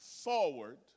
forward